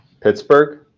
Pittsburgh